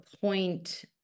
point